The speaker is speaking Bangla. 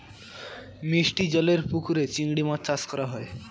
মিষ্টি জলেরর পুকুরে চিংড়ি মাছ চাষ করা হয়